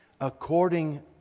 according